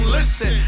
Listen